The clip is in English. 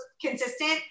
Consistent